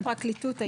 לפי עמדת הפרקליטות,